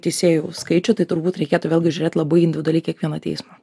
teisėjų skaičių tai turbūt reikėtų vėlgi žiūrėt labai individualiai kiekvieną teismą